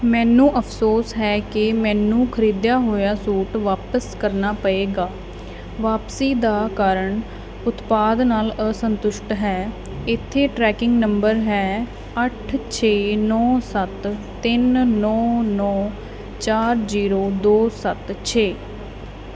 ਮੈਨੂੰ ਅਫਸੋਸ ਹੈ ਕਿ ਮੈਨੂੰ ਖਰੀਦਿਆ ਹੋਇਆ ਸੂਟ ਵਾਪਿਸ ਕਰਨਾ ਪਏਗਾ ਵਾਪਸੀ ਦਾ ਕਾਰਨ ਉਤਪਾਦ ਨਾਲ ਅਸੰਤੁਸ਼ਟ ਹੈ ਇੱਥੇ ਟ੍ਰੈਕਿੰਗ ਨੰਬਰ ਹੈ ਅੱਠ ਛੇ ਨੌਂ ਸੱਤ ਤਿੰਨ ਨੌਂ ਨੌਂ ਚਾਰ ਜ਼ੀਰੋ ਦੋ ਸੱਤ ਛੇ